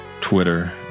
Twitter